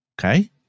Okay